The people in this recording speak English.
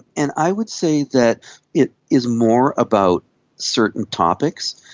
and i would say that it is more about certain topics.